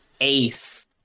Ace